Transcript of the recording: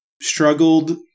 struggled